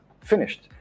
finished